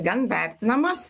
gan vertinamas